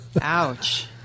Ouch